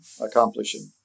accomplishing